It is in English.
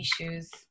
issues